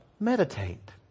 Meditate